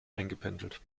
eingependelt